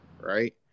right